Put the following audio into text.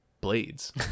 blades